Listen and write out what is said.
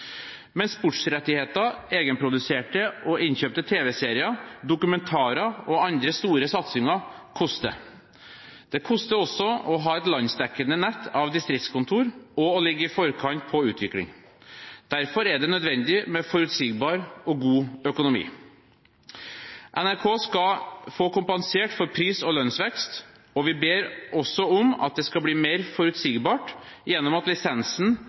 sportsrettigheter, egenproduserte og innkjøpte tv-serier, dokumentarer og andre store satsinger koster. Det koster også å ha et landsdekkende nett av distriktskontorer og å ligge i forkant av utviklingen. Derfor er det nødvendig med forutsigbar og god økonomi. NRK skal få kompensert for pris- og lønnsvekst, og vi ber også om at det skal bli mer forutsigbart gjennom at lisensen